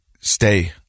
stay